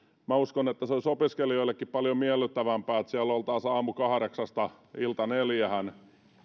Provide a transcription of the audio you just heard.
minä uskon että se olisi opiskelijoillekin paljon miellyttävämpää että siellä oltaisiin aamukahdeksasta iltaneljään